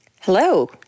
Hello